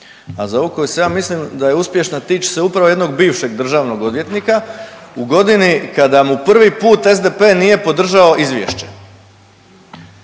a za ovu koju ja mislim da je uspješna tiče se upravo jednog bivšeg državnog odvjetnika u godini kada mu prvi put SDP nije podržao izvješće.